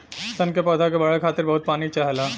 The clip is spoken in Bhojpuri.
सन के पौधा के बढ़े खातिर बहुत पानी चाहला